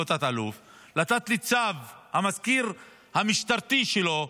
לא תת-אלוף, לתת-ניצב, המזכיר המשטרתי שלו,